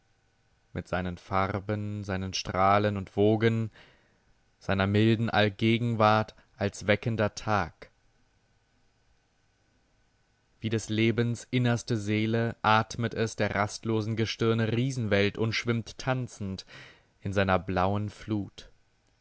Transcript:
mit seinen farben seinen strahlen und wogen seiner milden allgegenwart als weckender tag wie des lebens innerste seele atmet es der rastlosen gestirne riesenwelt und schwimmt tanzend in seiner blauen flut